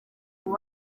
uwo